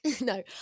no